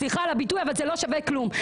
סליחה על הביטוי, אבל זה לא שווה כלום.